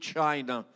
China